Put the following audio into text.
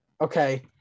Okay